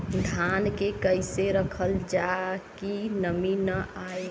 धान के कइसे रखल जाकि नमी न आए?